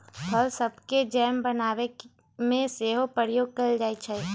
फल सभके जैम बनाबे में सेहो प्रयोग कएल जाइ छइ